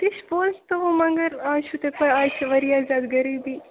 تہِ چھِ پوٚز تہٕ وٕ مگر آز چھُو تۄہہِ پاے آز چھِ واریاہ زیادٕ غریٖبی